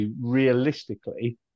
realistically